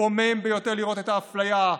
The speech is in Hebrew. מקומם ביותר לראות את האפליה.